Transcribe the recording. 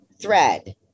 thread